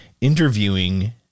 interviewing